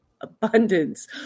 abundance